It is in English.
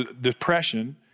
depression